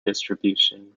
distribution